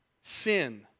sin